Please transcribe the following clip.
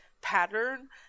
pattern